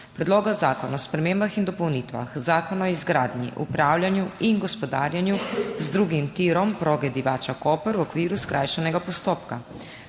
Predloga zakona o spremembah in dopolnitvah Zakona o izgradnji, upravljanju in gospodarjenju z drugim tirom železniške proge Divača–Koper v okviru skrajšanega postopka.**